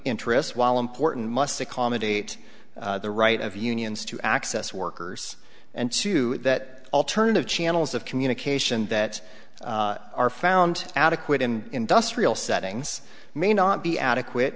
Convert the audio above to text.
interest while important must accommodate the right of unions to access workers and to that alternative channels of communication that are found adequate in industrial settings may not be adequate